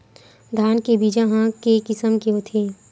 धान के बीजा ह के किसम के होथे?